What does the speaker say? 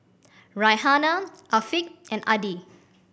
Raihana Afiq and Adi